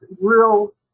real